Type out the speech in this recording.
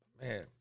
man